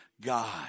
God